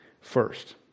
First